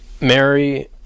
Mary